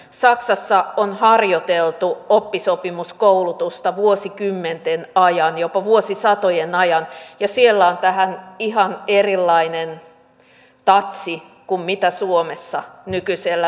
saksassa on harjoiteltu oppisopimuskoulutusta vuosikymmenten ajan jopa vuosisatojen ajan ja siellä on tähän ihan erilainen tatsi kuin suomessa nykyisellään